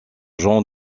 gens